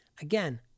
Again